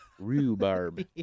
Rhubarb